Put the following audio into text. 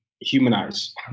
humanize